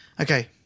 Okay